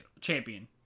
champion